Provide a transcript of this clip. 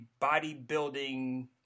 bodybuilding